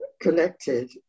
connected